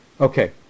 Okay